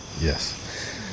Yes